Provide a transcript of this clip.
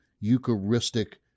Eucharistic